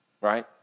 right